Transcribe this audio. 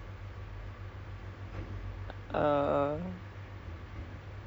events kind of stuff you know so there's any crime or anything they will also know lah